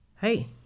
hey